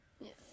Yes